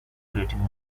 creating